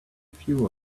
few